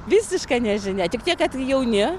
visiška nežinia tik tiek kad jauni